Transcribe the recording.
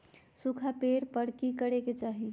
सूखा पड़े पर की करे के चाहि